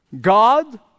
God